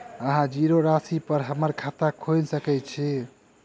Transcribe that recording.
अहाँ जीरो राशि पर हम्मर खाता खोइल सकै छी?